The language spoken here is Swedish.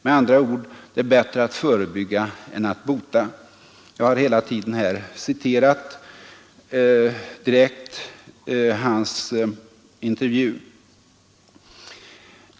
Med andra ord: Det är bättre att förebygga än att bota.” Jag har här hela tiden citerat direkt ur intervjun med dr Thach.